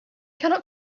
cannot